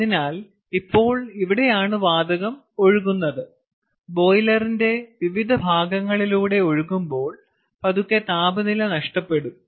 അതിനാൽ ഇപ്പോൾ ഇവിടെയാണ് വാതകം ഒഴുകുന്നത് ബോയിലറിന്റെ വിവിധ ഭാഗങ്ങളിലൂടെ ഒഴുകുമ്പോൾ പതുക്കെ താപനില നഷ്ടപ്പെടും